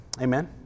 amen